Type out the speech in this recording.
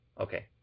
Okay